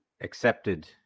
accepted